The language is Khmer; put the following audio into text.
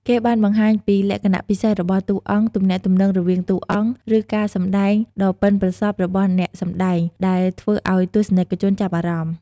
គេបានបង្ហាញពីលក្ខណៈពិសេសរបស់តួអង្គ ទំនាក់ទំនងរវាងតួអង្គ ឬការសម្ដែងដ៏ប៉ិនប្រសប់របស់អ្នកសម្ដែង ដែលធ្វើឱ្យទស្សនិកជនចាប់អារម្មណ៍។